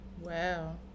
Wow